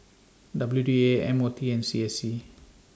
W D A M O T and C S C